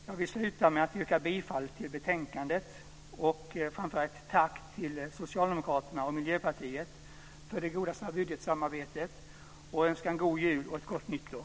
Jag vill sluta med att yrka bifall till utskottets förslag i betänkandet, framföra ett tack till Socialdemokraterna och Miljöpartiet för det goda budgetsamarbetet och önska en god jul och ett gott nytt år.